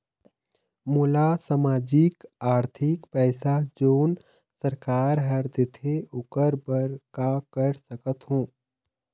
मोला सामाजिक आरथिक पैसा जोन सरकार हर देथे ओकर बर का कर सकत हो?